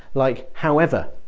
like however